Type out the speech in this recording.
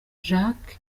jack